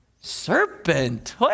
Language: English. serpent